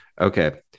Okay